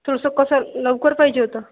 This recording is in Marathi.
थोडंसं कसं लवकर पाहिजे होतं